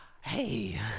Hey